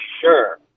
sure